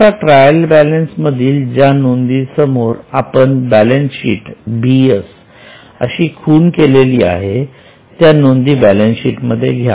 आता trial balance मधील ज्या नोंदी समोर आपण बॅलन्सशीट अशी खूण केलेली आहे त्या नोंदी बॅलन्सशीट मध्ये घ्या